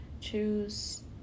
choose